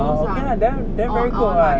cause like on our right